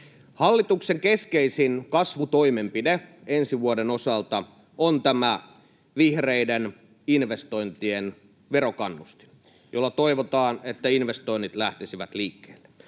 Hallituksen keskeisin kasvutoimenpide ensi vuoden osalta on tämä vihreiden investointien verokannustin, jolla toivotaan, että investoinnit lähtisivät liikkeelle.